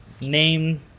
name